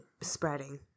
spreading